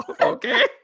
Okay